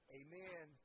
amen